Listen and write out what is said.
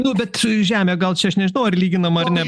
nu bet žemė gal čia aš nežinau ar lyginama ar ne